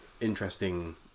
interesting